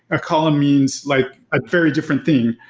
a column means like a very different thing.